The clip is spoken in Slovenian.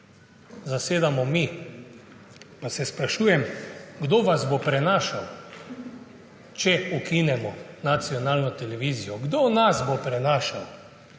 zasedamo mi, pa se sprašujem, kdo vas bo prenašal, če ukinemo nacionalno televizijo. Kdo nas bo prenašal?